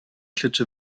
klitsche